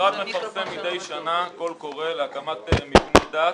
המשרד מפרסם כמדי שנה קול קורא להקמת מבני דת,